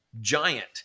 giant